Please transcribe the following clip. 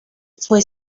fue